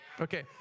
Okay